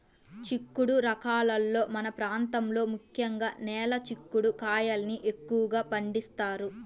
చిక్కుడు రకాలలో మన ప్రాంతంలో ముఖ్యంగా నేల చిక్కుడు కాయల్ని ఎక్కువగా పండిస్తారు